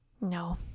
No